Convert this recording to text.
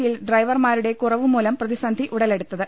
സിയിൽ ഡ്രൈവർമാരുടെ കുറവുമൂലം പ്രതി സന്ധി ഉടലെടുത്തത്